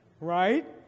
Right